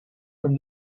from